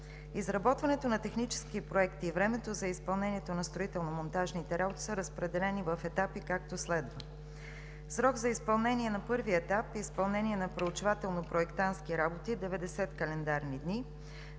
Изработването на технически проекти и времето за изпълнението на строително-монтажните работи са разпределени в етапи, както следва: - Срок за изпълнение на първия етап и изпълнение на проучвателно-проектантски работи – 90 календарни дни.